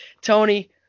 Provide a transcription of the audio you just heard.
Tony